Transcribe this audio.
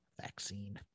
vaccine